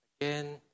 again